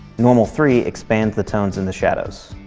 normal three expands the tones in the shadows.